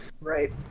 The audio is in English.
right